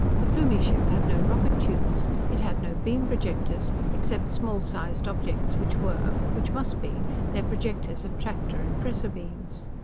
the plumie ship had no rocket tubes. it had no beam-projectors except small-sized objects which were which must be their projectors of tractor and pressor beams.